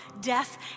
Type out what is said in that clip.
death